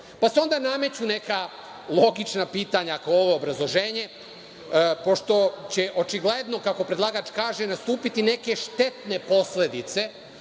se nameću neka logična pitanja, ako je ovo obrazloženje, pošto će očigledno, kako predlagač kaže, nastupiti neke štetne posledice